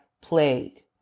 plague